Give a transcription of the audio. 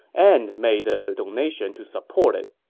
and made a donation to support it.